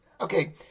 okay